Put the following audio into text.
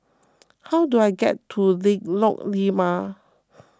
how do I get to Lengkok Lima